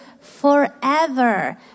forever